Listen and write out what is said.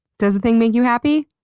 does thing make you happy?